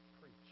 Preach